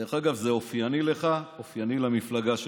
דרך אגב, זה אופייני לך, אופייני למפלגה שלך.